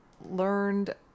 learned